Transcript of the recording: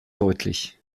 deutlich